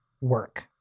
work